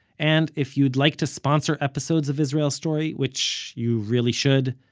and, if you'd like to sponsor episodes of israel story, which you really should,